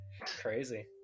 Crazy